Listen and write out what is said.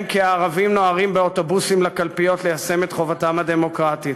כי הערבים נוהרים באוטובוסים לקלפיות ליישם את חובתם הדמוקרטית?